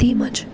તેમજ